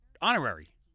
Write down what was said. honorary